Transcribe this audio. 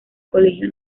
colegio